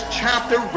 chapter